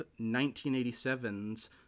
1987's